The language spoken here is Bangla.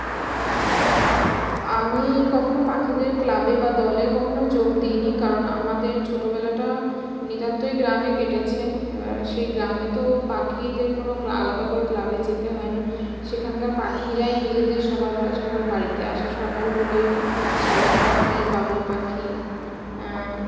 আমি কখনও পাখিদের ক্লাবে বা দলে কখনো যোগ দিই নি কারণ আমাদের ছোটোবেলাটা নিতান্তই গ্রামে কেটেছে সেই গ্রামে তো পাখিদের কোনো আলাদা করে ক্লাবে যেতে হয় না সেখানকার পাখিরাই নিজেদের সবার সবার বাড়িতে আসা সকাল হলেই শালিক পাখি বাবুই পাখি